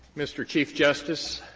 mr. chief justice,